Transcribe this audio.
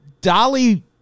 dolly